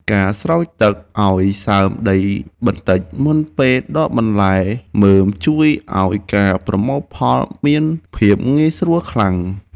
ការស្រោចទឹកឱ្យសើមដីបន្តិចមុនពេលដកបន្លែមើមជួយឱ្យការប្រមូលផលមានភាពងាយស្រួលខ្លាំង។